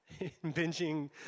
binging